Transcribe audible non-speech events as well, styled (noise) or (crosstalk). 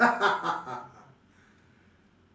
(laughs)